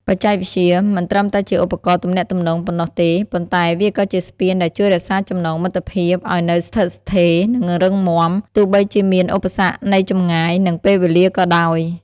បច្ចេកវិទ្យាមិនត្រឹមតែជាឧបករណ៍ទំនាក់ទំនងប៉ុណ្ណោះទេ ប៉ុន្តែវាក៏ជាស្ពានដែលជួយរក្សាចំណងមិត្តភាពឲ្យនៅស្ថិតស្ថេរ និងរឹងមាំ ទោះបីជាមានឧបសគ្គនៃចម្ងាយ និងពេលវេលាក៏ដោយ ។